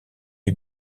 est